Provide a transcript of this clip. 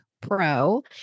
Pro